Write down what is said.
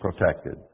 protected